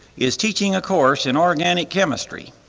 is teaching a course in organic chemistry.